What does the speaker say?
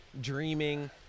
dreaming